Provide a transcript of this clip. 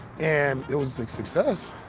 and it was a success.